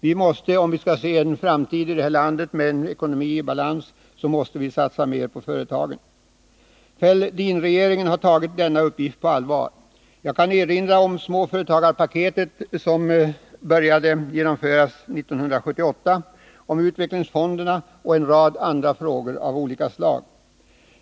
Vi måste — om vi skall se en framtid i det här landet med en ekonomi i balans — satsa mer på företagen. Fälldinregeringen har tagit denna uppgift på allvar. Jag kan erinra om småföretagarpaketet som började genomföras 1978, om utvecklingsfonderna och om en rad andra åtgärder av olika slag.